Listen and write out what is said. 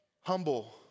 humble